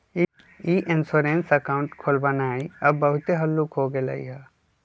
ई insurance account खोलबनाइ अब बहुते हल्लुक हो गेलइ ह